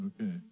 Okay